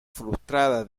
frustrada